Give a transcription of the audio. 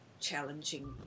challenging